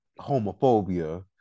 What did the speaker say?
homophobia